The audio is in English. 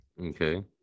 okay